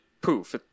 poof